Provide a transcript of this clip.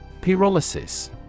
Pyrolysis